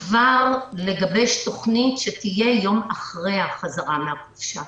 כבר נגבש תוכנית שתהיה יום אחרי החזרה מן החופשה.